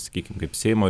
sakykim kaip seimo